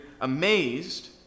amazed